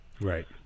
Right